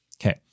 Okay